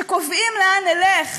שקובעים לאן נלך